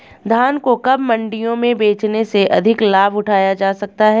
धान को कब मंडियों में बेचने से अधिक लाभ उठाया जा सकता है?